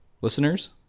listeners